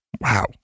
Wow